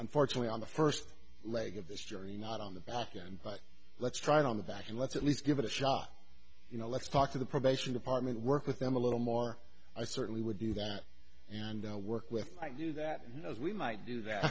unfortunately on the first leg of this journey not on the back end but let's try it on the back and let's at least give it a shot you know let's talk to the probation department work with them a little more i certainly would do that and work with i do that as we might do that